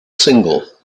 single